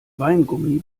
weingummi